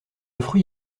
fruit